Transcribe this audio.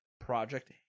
Project